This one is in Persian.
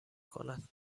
کند